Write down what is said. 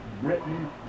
Britain